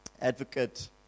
Advocate